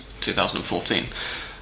2014